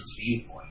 viewpoint